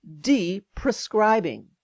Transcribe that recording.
de-prescribing